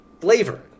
flavor